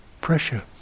pressure